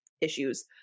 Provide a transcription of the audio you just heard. issues